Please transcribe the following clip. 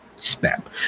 Snap